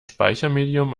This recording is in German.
speichermedium